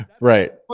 right